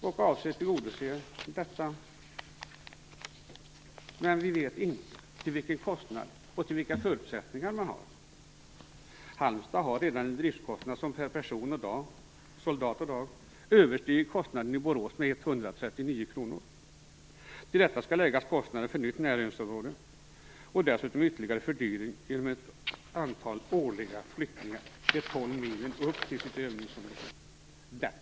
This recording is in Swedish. Detta avses att tillgodoses, men vi vet inte till vilken kostnad och vilka förutsättningar man har. Halmstad har redan en driftskostnad som per soldat och dag överstiger kostnaden i Borås med 139 kr. Till detta skall läggas kostnaden för nytt närövningsområde och dessutom ytterligare fördyring genom ett antal årliga flyttningar de tolv milen upp till övningsområdet.